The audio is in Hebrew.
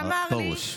הרב פרוש.